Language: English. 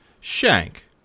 Shank